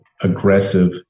aggressive